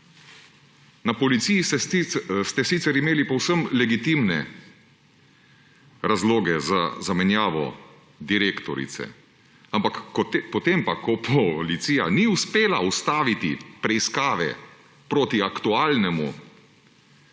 Na Policiji ste sicer imeli povsem legitimne razloge za zamenjavo direktorice, ampak ko pa policija ni uspela ustaviti preiskave proti aktualnemu